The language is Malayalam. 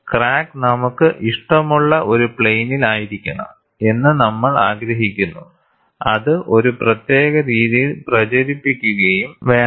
ക്രാക്ക് നമുക്ക് ഇഷ്ടമുള്ള ഒരു പ്ലെയിനിൽ ആയിരിക്കണം എന്നു നമ്മൾ ആഗ്രഹിക്കുന്നു അത് ഒരു പ്രത്യേക രീതിയിൽ പ്രചരിപ്പിക്കുകയും വേണം